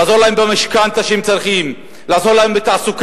לעזור להם במשכנתה שהם צריכים, לעזור להם בתעסוקה.